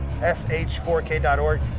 sh4k.org